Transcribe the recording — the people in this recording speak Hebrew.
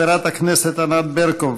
חברת הכנסת ענת ברקו,